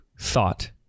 thought